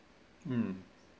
um